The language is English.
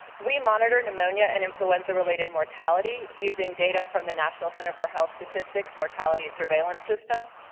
we monitored pneumonia and influenza related mortality using data from the national center for health statistics mortality surveillance system.